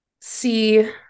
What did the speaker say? see